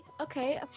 Okay